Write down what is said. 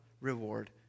reward